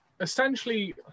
essentially